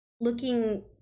looking